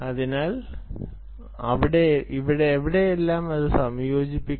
അതിനാൽ എവിടെയെങ്കിലും ഇത് സംയോജിപ്പിക്കണം